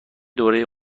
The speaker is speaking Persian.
دوره